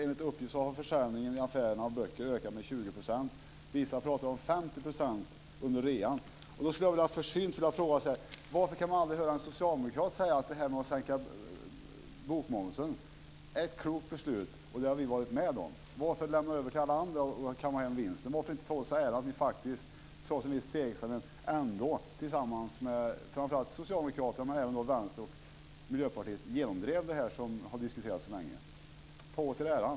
Enligt uppgift har försäljningen av böcker i affärerna ökat med 20 %. Vissa pratar om en ökning på 50 % Varför kan man aldrig höra en socialdemokrat säga att sänkningen av bokmomsen var ett klokt beslut? Det är något som Socialdemokraterna har varit med om att fatta beslut om. Varför lämna över till alla andra att kamma hem vinsten? Varför inte säga att Socialdemokraterna faktiskt, trots en viss tveksamhet, tillsammans med Vänsterpartiet och Miljöpartiet har genomdrivit det som har diskuterats länge? Ta åt er äran!